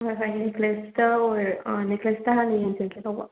ꯉꯁꯥꯏ ꯅꯦꯛꯀ꯭ꯂꯦꯁꯇ ꯑꯣꯏꯔ ꯅꯦꯛꯀ꯭ꯂꯦꯁꯇ ꯍꯥꯟꯅ ꯌꯦꯡꯖꯒꯦ ꯇꯧꯕ